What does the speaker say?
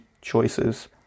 choices